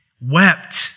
wept